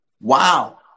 Wow